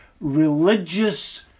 religious